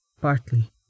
Partly